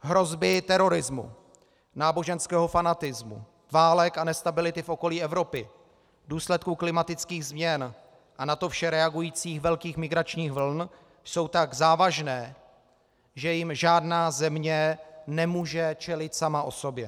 Hrozby terorismu, náboženského fanatismu, válek a nestability v okolí Evropy v důsledku klimatických změn a na to vše reagujících velkých migračních vln jsou tak závažné, že jim žádná země nemůže čelit sama o sobě.